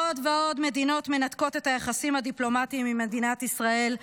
עוד ועוד מדינות מנתקות את היחסים הדיפלומטיים עם מדינת ישראל.